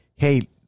Hey